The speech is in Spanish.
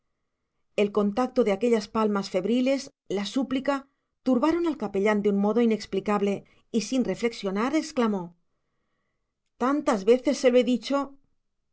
el contacto de aquellas palmas febriles la súplica turbaron al capellán de un modo inexplicable y sin reflexionar exclamó tantas veces se lo he dicho